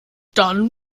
dann